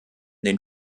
den